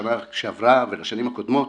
לשנה שעברה ולשנים הקודמות,